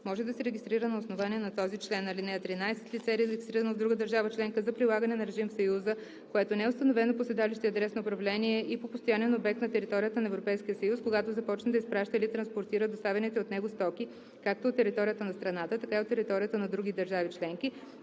може да се регистрира на основание на този член. (13) Лице, регистрирано в друга държава членка за прилагане на режим в Съюза, което не е установено по седалище и адрес на управление и по постоянен обект на територията на Европейския съюз, когато започне да изпраща или транспортира доставяните от него стоки както от територията на страната, така и от територията на други държави членки,